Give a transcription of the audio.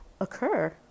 occur